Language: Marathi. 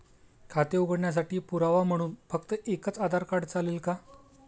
खाते उघडण्यासाठी पुरावा म्हणून फक्त एकच आधार कार्ड चालेल का?